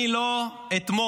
אני לא אתמוך